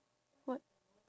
what